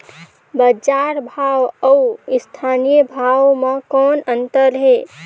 बजार भाव अउ स्थानीय भाव म कौन अन्तर हे?